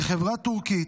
היא חברה טורקית,